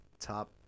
top